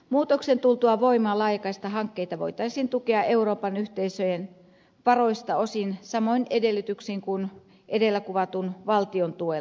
muutoksen tultua voimaan laajakaistahankkeita voitaisiin tukea euroopan yhteisöjen varoista osin samoin edellytyksin kuin edellä kuvatulla valtion tuella